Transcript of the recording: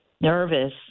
nervous